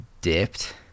dipped